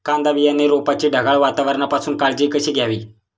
कांदा बियाणे रोपाची ढगाळ वातावरणापासून काळजी कशी घ्यावी?